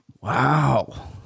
Wow